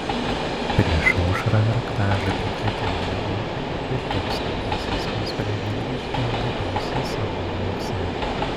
prieš aušrą raktažolė kietai įmigo ir liepsnotasis nusprendė grįžti atgalios į savo uoksą